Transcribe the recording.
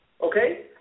Okay